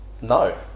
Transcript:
No